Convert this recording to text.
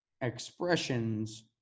expressions